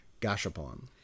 Gashapon